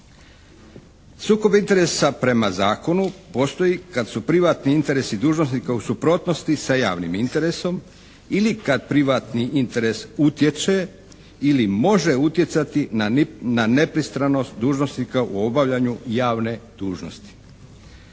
Sukob interesa prema zakonu postoji kad su privatni interesi dužnosnika u suprotnosti sa javnim interesom ili kad privatni interes utječe ili može utjecati na nepristranost dužnosnika u obavljanju javne dužnosti.